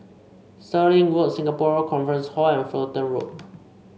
Stirling Walk Singapore Conference Hall and Fullerton Road